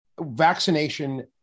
vaccination